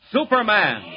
Superman